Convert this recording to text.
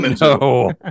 No